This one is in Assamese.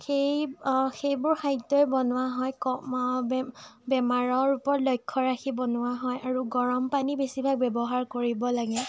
সেই সেইবোৰ খাদ্যই বনোৱা হয় বেমাৰৰ ওপৰত লক্ষ্য ৰাখি বনোৱা হয় আৰু গৰমপানী বেছিভাগ ব্যৱহাৰ কৰিব লাগে